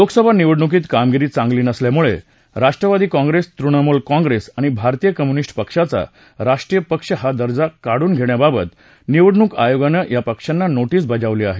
लोकसभा निवडणुकीत कामगिरी चांगली नसल्यामुळे राष्ट्रवादी काँग्रेस तृणमूल काँग्रेस आणि भारतीय कम्युनिस्ट पक्षाचा राष्ट्रीय पक्ष हा दर्जा काढून घेण्याबाबत निवडणूक आयोगानं या पक्षांना नोटीस बजावली आहे